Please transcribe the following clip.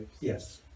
Yes